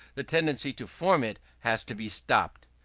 the tendency to form it has to be stopped.